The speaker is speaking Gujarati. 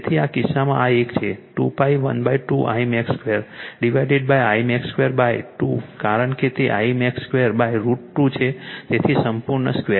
તેથી આ કિસ્સામાં આ એક છે 2𝜋 12 Imax 2 ડિવાઇડેડ Imax 2 2 કારણ કે તે Imax 2 √ 2 છે તેથી સંપૂર્ણ 2 છે